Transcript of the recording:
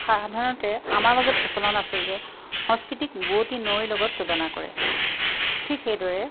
সাধাৰণতে আমাৰ মাজত প্ৰচলন আছে যে সংস্কৃতিক বুৱতি নৈৰ লগত তুলনা কৰে ঠিক সেইদৰে